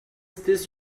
this